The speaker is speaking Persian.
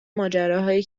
ماجراهایی